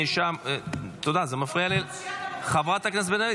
נאשם ------ חברת הכנסת בן ארי,